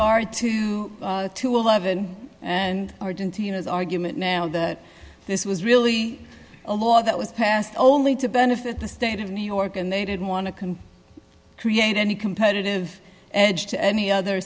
and eleven and argentina's argument now that this was really a law that was passed only to benefit the state of new york and they didn't want to can create any competitive edge to any other